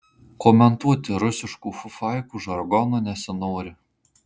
komentuoti rusiškų fufaikų žargonu nesinori